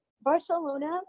Barcelona